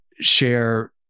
share